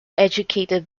educated